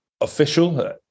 official